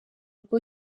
rwo